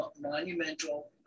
monumental